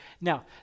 Now